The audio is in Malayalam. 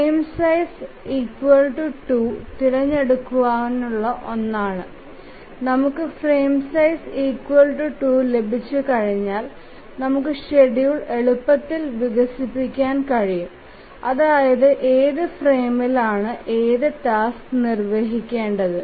ഫ്രെയിം സൈസ് 2 തിരഞ്ഞെടുക്കാവുന്ന ഒന്നാണ് നമുക്ക് ഫ്രെയിം സൈസ് 2 ലഭിച്ചുകഴിഞ്ഞാൽ നമുക്ക് ഷെഡ്യൂൾ എളുപ്പത്തിൽ വികസിപ്പിക്കാൻ കഴിയും അതായത് ഏത് ഫ്രെയിമിലാണ് ഏത് ടാസ്ക് നിർവ്വഹിക്കും